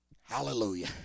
Hallelujah